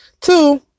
two